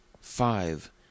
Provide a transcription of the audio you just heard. Five